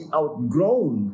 outgrown